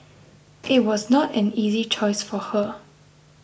it was not an easy choice for her